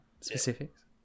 Specifics